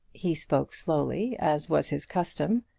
he spoke slowly, as was his custom,